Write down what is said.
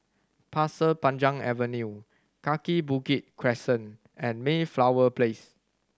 Pasir Panjang Avenue Kaki Bukit Crescent and Mayflower Place